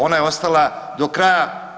Ona je ostala do kraja.